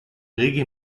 reggae